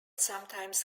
sometimes